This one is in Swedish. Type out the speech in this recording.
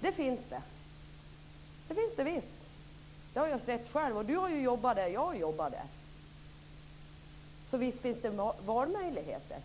Det finns det visst. Det har jag sett själv. Chatrine Pålsson har ju jobbat där jag har jobbat. Visst finns det valmöjligheter.